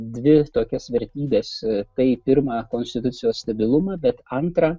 dvi tokias vertybes tai pirma konstitucijos stabilumą bet antra